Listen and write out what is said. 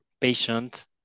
patient